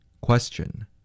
Question